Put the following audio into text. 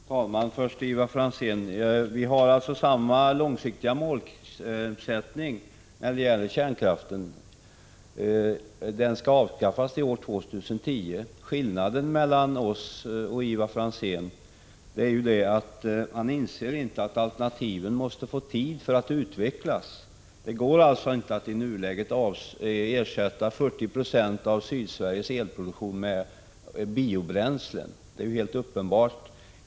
Herr talman! Jag vill först till Ivar Franzén säga att vi har samma långsiktiga mål när det gäller kärnkraften: den skall avskaffas till år 2010. Skillnaden mellan oss och Ivar Franzén är att han inte inser att alternativen måste få tid för att utvecklas. Det går alltså inte att i nuläget ersätta 40 96 av Sydsveriges elproduktion med biobränsle. Det är helt uppenbart.